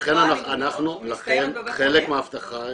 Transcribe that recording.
חלק מהאבטחה,